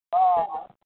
অঁ